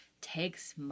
takes